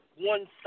one